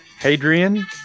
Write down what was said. Hadrian